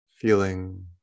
feeling